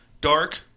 Dark